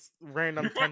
random